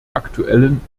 aktuellen